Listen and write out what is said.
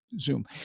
Zoom